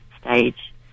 stage